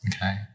Okay